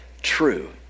True